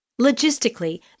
Logistically